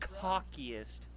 cockiest